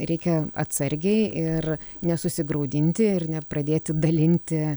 reikia atsargiai ir nesusigraudinti ir nepradėti dalinti